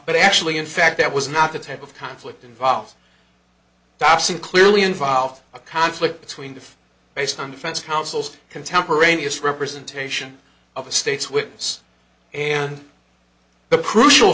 but actually in fact that was not the type of conflict involved passing clearly involved a conflict between if based on defense counsel's contemporaneous representation of a state's witness and the crucial